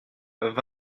vingt